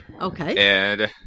Okay